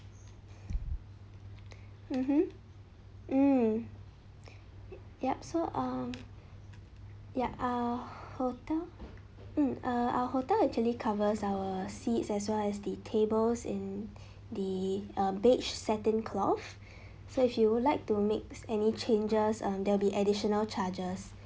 mmhmm mm yup so um yup our hotel mm err our hotel actually covers our seats as well as the tables in the um beige satin cloth so if you would like to make any changes um there will be additional charges